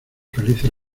felices